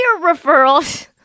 referrals